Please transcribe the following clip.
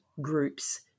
groups